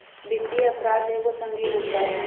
वित्तीय अपराध एगो संगीन अपराध हइ